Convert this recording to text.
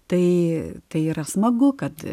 tai tai yra smagu kad